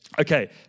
Okay